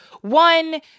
one